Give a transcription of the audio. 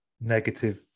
negative